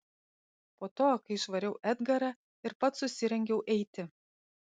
po to kai išvariau edgarą ir pats susirengiau eiti